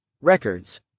Records